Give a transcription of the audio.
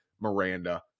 Miranda